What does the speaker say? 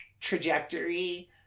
trajectory